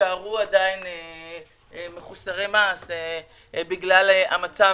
שיישארו מחוסרי מעש בגלל המצב?